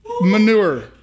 manure